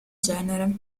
genere